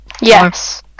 yes